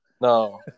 No